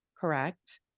correct